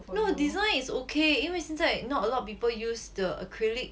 no design is okay 因为现在 not a lot of people use the acrylic